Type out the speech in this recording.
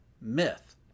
myth